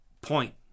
point